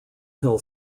hill